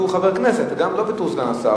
בתור חבר כנסת גם לא בתור סגן השר,